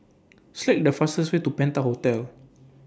Select The fastest Way to Penta Hotel